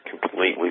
completely